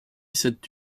cèdent